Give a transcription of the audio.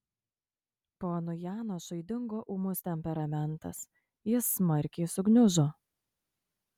ponui janošui dingo ūmus temperamentas jis smarkiai sugniužo